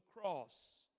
cross